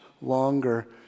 longer